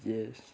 yes